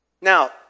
Now